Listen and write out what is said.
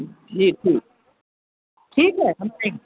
जी जी ठीक है